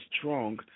strong